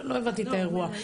לא הבנתי את האירוע.